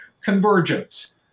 convergence